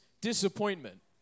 disappointment